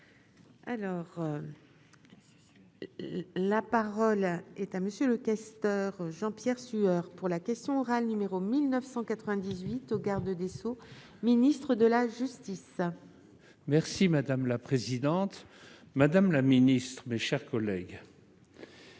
Alors. La parole est à monsieur le questeur Jean-Pierre Sueur pour la question orale numéro 1998 au garde des Sceaux, ministre de la justice. Merci madame la présidente, Madame la Ministre, mes chers collègues.